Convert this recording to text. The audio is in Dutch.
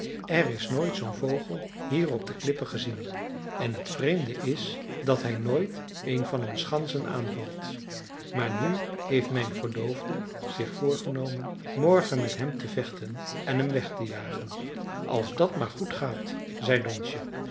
er is nooit zoo'n vogel hier op de klippen gezien en het vreemde is dat hij nooit een van ons ganzen aanvalt maar nu heeft mijn verloofde zich voorgenomen morgen met hem te vechten en hem weg te jagen als dat maar goed gaat zei donsje